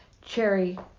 cherry